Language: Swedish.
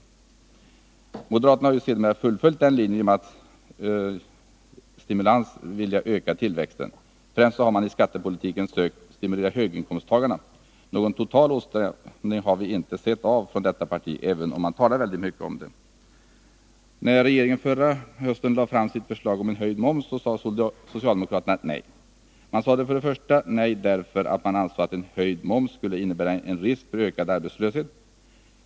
Moderaterna har ju sedermera fullföljt en linje att genom stimulans vilja öka tillväxten. Främst har man i skattepolitiken sökt stimulera höginkomsttagarna. Någon total åtstramning har vi inte sett av från detta parti — även om man talar väldigt mycket om detta. När regeringen förra hösten lade fram sitt förslag om förhöjd moms sade socialdemokraterna nej. Man sade nej för det första för att man ansåg att en höjd moms skulle innebära en risk för ökad arbetslöshet.